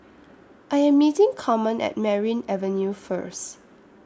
I Am meeting Carmen At Merryn Avenue First